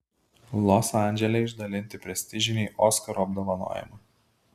los andžele išdalinti prestižiniai oskarų apdovanojimai